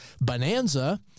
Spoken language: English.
Bonanza